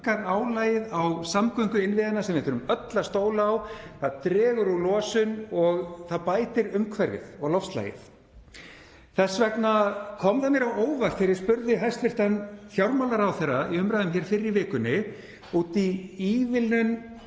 minnkar álagið á samgönguinnviðina sem við þurfum öll að stóla á, það dregur úr losun og það bætir umhverfið og loftslagið. Þess vegna kom það mér á óvart þegar ég spurði hæstv. fjármálaráðherra, í umræðum hér fyrr í vikunni, út í ívilnun